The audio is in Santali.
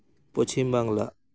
ᱯᱚᱥᱪᱷᱤᱢᱵᱟᱝᱞᱟ